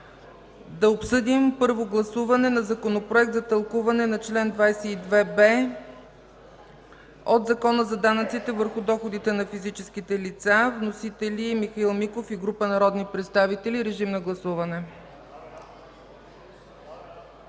да обсъдим първо гласуване на Законопроект за тълкуване на чл. 22б от Закона за данъците върху доходите на физическите лица с вносители Михаил Миков и група народни представители. Гласували